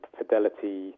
fidelity